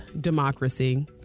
democracy